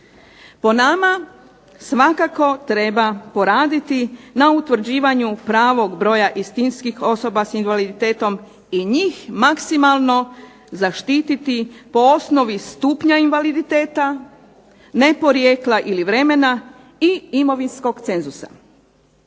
Po nama svakako treba poraditi na utvrđivanju pravog broja istinskih osoba sa invaliditetom i njih maksimalno zaštititi po osnovi stupnja invaliditeta, ne porijekla ili vremena i imovinskog cenzusa.